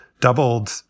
doubled